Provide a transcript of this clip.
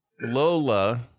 Lola